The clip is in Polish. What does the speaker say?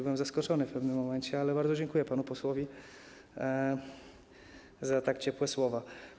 Byłem zaskoczony w pewnym momencie, ale bardzo dziękuję panu posłowi za tak ciepłe słowa.